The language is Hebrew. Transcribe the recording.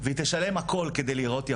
והיא תשלם הכול כדי להיראות יפה,